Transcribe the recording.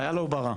איילו ברה,